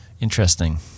interesting